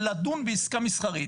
לדון בעסקה מסחרית,